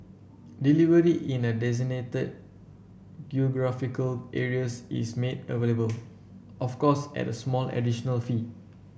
delivery in the designated geographical areas is made available of course at a small additional fee